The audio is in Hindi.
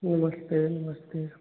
नमस्ते नमस्ते